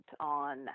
on